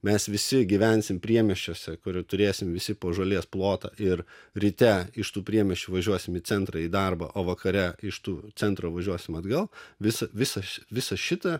mes visi gyvensim priemiesčiuose kur turėsim visi po žolės plotą ir ryte iš tų priemiesčių važiuosim į centrą į darbą o vakare iš tų centro važiuosim atgal visą visas visą šitą